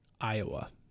Iowa